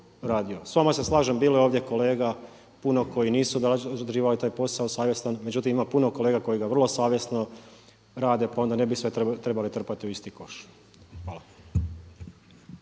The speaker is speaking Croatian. S vama se slažem, bilo je ovdje kolega puno koji nisu odrađivali taj posao savjesno. Međutim, ima puno kolega koji ga vrlo savjesno rade pa onda ne bi sve trebali trpati u isti koš. Hvala.